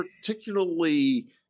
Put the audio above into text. particularly